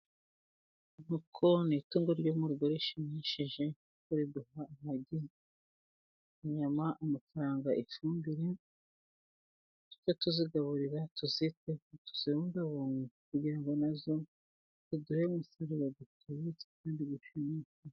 Inkoko ni itungo ryo mu rugo rishimishije kuko riduha amagi, inyama, amafaranga ifumbire, tujye tuzigaburira tuziteho tuzibungabunge kugira ngo nazo ziduhe umusaruro utubutse kandi ushimishije.